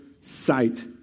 sight